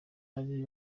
bari